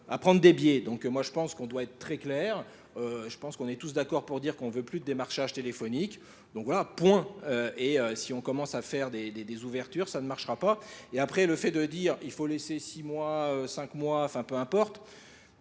à prendre des biais donc moi je pense qu'on doit être très clair je pense qu'on est tous d'accord pour dire qu'on veut plus de démarchage téléphonique donc voilà point et si on commence à faire des ouvertures ça ne marchera pas et après le fait de dire il faut laisser six mois cinq mois enfin peu importe